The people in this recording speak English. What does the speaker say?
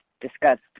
discussed